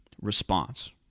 response